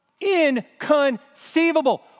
Inconceivable